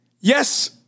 Yes